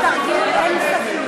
יש הסתייגויות רבות,